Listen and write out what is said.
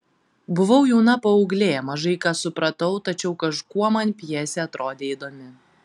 buvau jauna paauglė mažai ką supratau tačiau kažkuo man pjesė atrodė įdomi